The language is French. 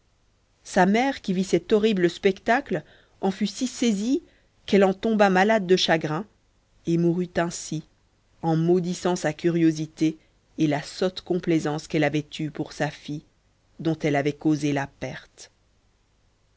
sa mère qui vit cet horrible spectacle en fut si saisie qu'elle en tomba malade de chagrin et mourut aussi en maudissant sa curiosité et la sotte complaisance qu'elle avait eue pour sa fille dont elle avait causé la perte